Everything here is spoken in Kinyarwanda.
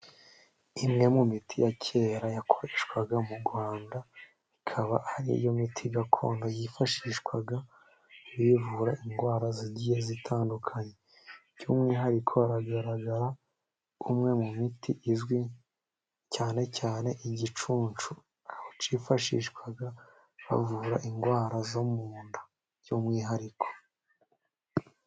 Imwe mu miti ya kera yakoreshwaga mu Rwanda, ikaba ari yo miti gakondo yifashishwaga ivura indwara zigiye zitandukanye, by'umwihariko hagaragara umwe mu miti izwi, cyane cyane igicucu, aho cyifashishwaga bavura indwara zo mu nda by'umwihariko.